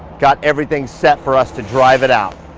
got everything set for us to drive it out.